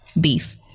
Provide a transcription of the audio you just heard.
Beef